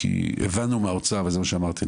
כי הבנו מהאוצר כמו שאמרתי,